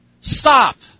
Stop